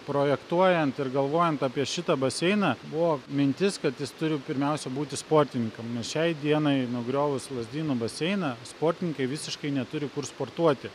projektuojant ir galvojant apie šitą baseiną buvo mintis kad jis turi pirmiausia būti sportininkam nes šiai dienai nugriovus lazdynų baseiną sportininkai visiškai neturi kur sportuoti